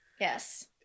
yes